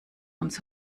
uns